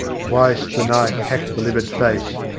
twice the knife hacked the livid face.